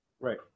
Right